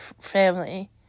family